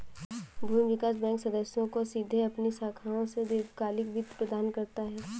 भूमि विकास बैंक सदस्यों को सीधे अपनी शाखाओं से दीर्घकालिक वित्त प्रदान करता है